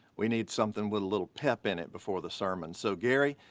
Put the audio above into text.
we need something with a little pep in it before the sermon. so gary,